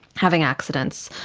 having accidents,